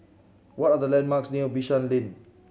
what are the landmarks near Bishan Lane